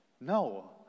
No